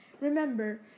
Remember